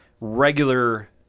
regular